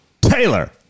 Taylor